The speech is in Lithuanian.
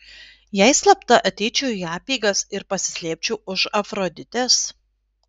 jei slapta ateičiau į apeigas ir pasislėpčiau už afroditės